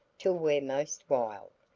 till we're most wild.